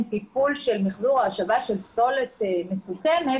טיפול של מיחזור ההשבה של פסולת מסוכנת,